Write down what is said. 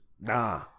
Nah